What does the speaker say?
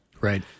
right